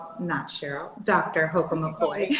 not cheryl. dr. holcomb-mccoy.